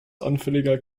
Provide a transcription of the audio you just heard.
anfälliger